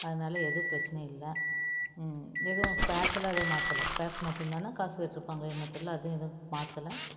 அதனால எதுவும் பிரச்சனை இல்லை எதுவும் ஸ்பேர்ஸ் எல்லாம் எதுவும் மாத்தலை ஸ்பேர்ஸ் மாத்திருந்தானால் காசு கேட்டிருப்பாங்களோ என்னமோ தெரில அதுவும் எதுவும் மாத்தலை